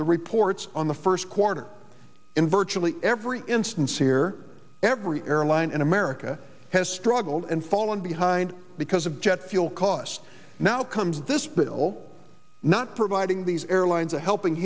the reports on the first quarter in virtually every instance here every airline in america has struggled and fallen behind because of jet fuel costs now comes this bill not providing these airlines a helping